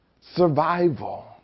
survival